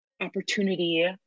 opportunity